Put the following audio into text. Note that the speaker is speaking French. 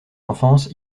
enfance